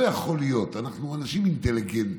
לא יכול להיות, אנחנו אנשים אינטליגנטיים.